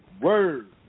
word